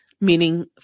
Meaning